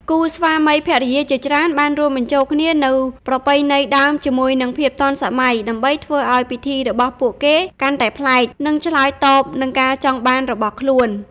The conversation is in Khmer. គូស្វាមីភរិយាជាច្រើនបានរួមបញ្ចូលគ្នានូវប្រពៃណីដើមជាមួយនឹងភាពទាន់សម័យ ដើម្បីធ្វើឱ្យពិធីរបស់ពួកគេកាន់តែប្លែក និងឆ្លើយតបនឹងការចង់បានរបស់ខ្លួន ។